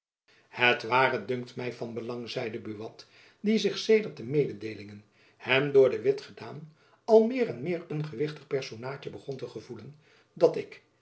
het ware dunkt my van belang zeide buat die zich sedert de mededeelingen hem door de witt gedaan al meer en meer een gewichtig personaadje begon te gevoelen dat ik